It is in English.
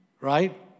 Right